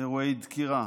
אירועי דקירה,